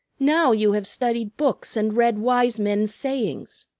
now you have studied books and read wise men's sayings.